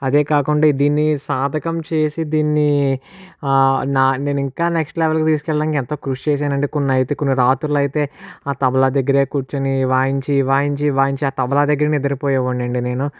అదే కాకుండా దీన్ని సాధకం చేసి దీన్ని నా నేనింకా నెక్స్ట్ లెవెల్కి తీసుకు వెళ్ళడానికి ఎంతో కృషి చేసాను అండి కొన్నైతే కొన్ని రాత్రుళ్ళు అయితే ఆ తబలా దగ్గరే కూర్చోని వాయించి వాయించి వాయించి ఆ తబలా దగ్గరే నిద్రపోయేవాడినండి నేను